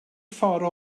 ffordd